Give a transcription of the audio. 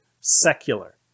secular